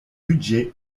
budgets